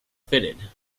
fitted